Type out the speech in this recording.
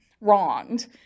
wronged